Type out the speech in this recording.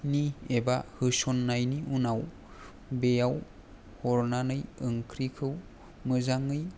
नि एबा होसननायनि उनाव बेयाव हरनानै ओंख्रिखौ मोजाङै